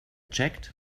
checked